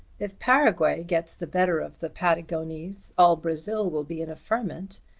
if paraguay gets the better of the patagonese all brazil will be in a ferment,